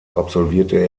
absolvierte